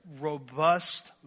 robust